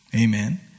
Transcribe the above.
Amen